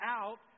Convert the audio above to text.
out